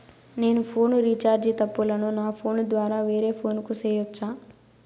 నేను phone recharge తప్పులను నా ఫోను ద్వారా వేరే ఫోను కు సేయొచ్చా?